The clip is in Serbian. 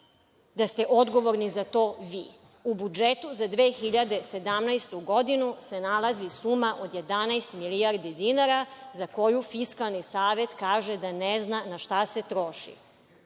da ste odgovorni za to vi?U budžetu za 2017 godinu se nalazi suma od 11 milijardi dinara za koju Fiskalni savet kaže da ne zna na šta se troši.